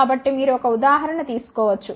కాబట్టి మీరు ఒక ఉదాహరణ తీసుకోవచ్చు